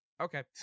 Okay